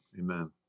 Amen